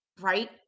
right